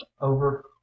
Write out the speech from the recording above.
over